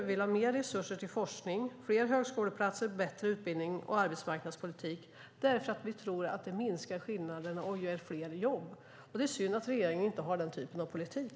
Vi vill ha mer resurser till forskning, fler högskoleplatser, bättre utbildning och en bättre arbetsmarknadspolitik därför att vi tror att det minskar skillnaderna och ger fler jobb. Det är synd att regeringen inte har den typen av politik.